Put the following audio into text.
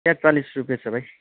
प्याज चालिस रुपियाँ छ भाइ